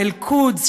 אל-קודס,